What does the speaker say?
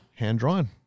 hand-drawn